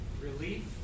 relief